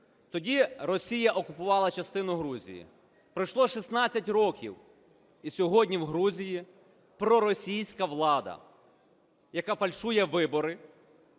Тоді Росія окупувала частину Грузії. Пройшло 16 років, і сьогодні в Грузії проросійська влада, яка фальшує вибори